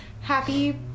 happy